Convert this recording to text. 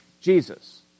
Jesus